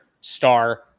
star